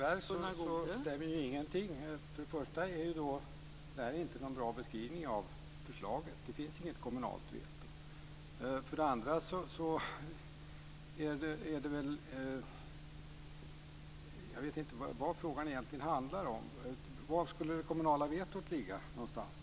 Fru talman! Detta är inte någon bra beskrivning av förslaget. Det finns inget kommunalt veto. Jag vet inte vad frågan egentligen handlar om. Var någonstans skulle det kommunala vetot ligga?